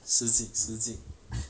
失敬失敬